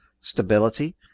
stability